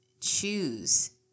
choose